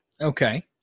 Okay